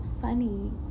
funny